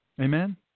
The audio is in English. Amen